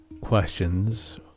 questions